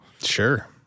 Sure